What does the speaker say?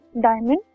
diamond